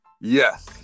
Yes